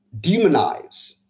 demonize